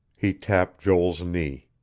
he tapped joel's knee.